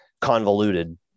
convoluted